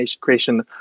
creation